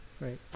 Right